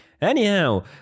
Anyhow